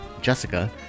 jessica